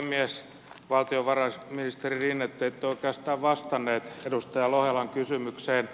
valtiovarainministeri rinne te ette oikeastaan vastannut edustaja lohelan kysymykseen